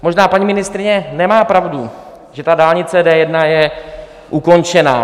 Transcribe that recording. Možná paní ministryně nemá pravdu, že dálnice D1 je ukončena.